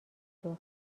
بدو